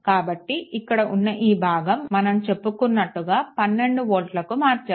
కాబట్టి ఇక్కడ ఉన్న ఈ భాగం మనం చెప్పుకున్నట్టుగా 12 వోల్ట్లకు మార్చాము